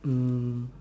um